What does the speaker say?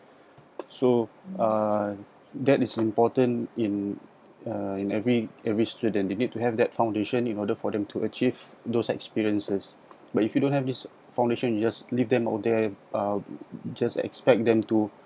so uh that is important in uh in every every student they need to have that foundation in order for them to achieve those experiences but if you don't have this foundation you just leave them out there just expect them to